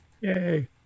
Yay